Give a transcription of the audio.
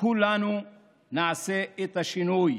כולנו נעשה את השינוי